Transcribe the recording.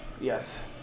Yes